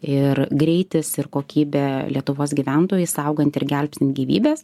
ir greitis ir kokybė lietuvos gyventojai saugant ir gelbstint gyvybes